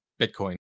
Bitcoin